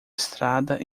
estrada